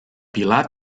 pilar